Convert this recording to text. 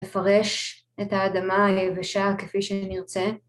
‫לפרש את האדמה היבשה ‫כפי שנרצה.